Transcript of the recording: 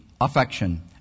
affection